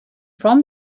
from